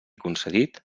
concedit